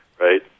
right